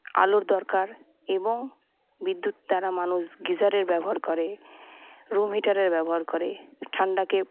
আলোর দরকার এবং বিদ্যুৎ তারা মানুষ গিজারের ব্যবহার করে রুম হিটারের ব্যবহার করে ঠাণ্ডাকে